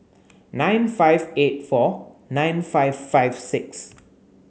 nine five eight four nine five five six